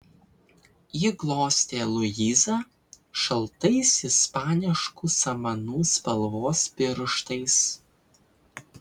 ji glostė luizą šaltais ispaniškų samanų spalvos pirštais